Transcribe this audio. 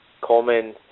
Coleman